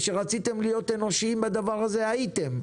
וכשרציתם להיות אנושיים בדבר הזה הייתם.